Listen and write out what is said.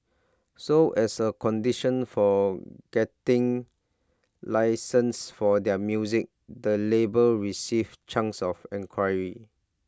so as A condition for getting licences for their music the labels receive chunks of equity